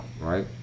right